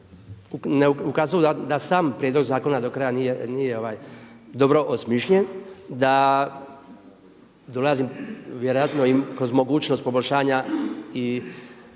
ne ukazuju da sam prijedlog zakona do kraja nije dobro osmišljen, da dolazi vjerojatno i kroz mogućnost poboljšanja i Poslovnika